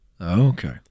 Okay